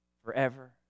Forever